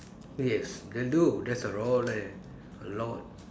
yes they do there's a raw leh a lot